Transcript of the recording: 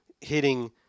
hitting